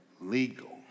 legal